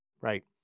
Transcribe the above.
right